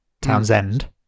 Townsend